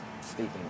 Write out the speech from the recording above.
speaking